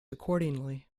accordingly